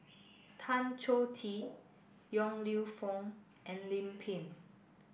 Tan Choh Tee Yong Lew Foong and Lim Pin